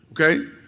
Okay